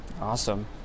Awesome